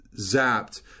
zapped